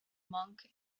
monk